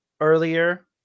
earlier